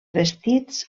vestits